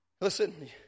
listen